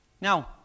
Now